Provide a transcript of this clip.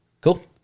cool